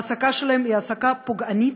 העסקתם היא העסקה פוגענית,